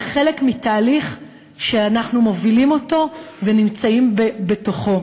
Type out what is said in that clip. חלק מתהליך שאנחנו מובילים אותו ונמצאים בתוכו.